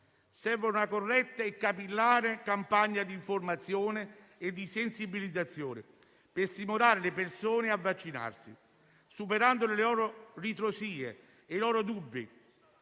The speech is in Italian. Serve una corretta e capillare campagna di informazione e di sensibilizzazione per stimolare le persone a vaccinarsi, superando ritrosie e dubbi,